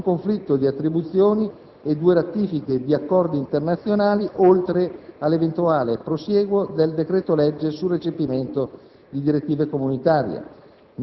in un conflitto di attribuzioni e due ratifiche di accordi internazionali, oltre all'eventuale prosieguo del decreto-legge sul recepimento di direttive comunitarie.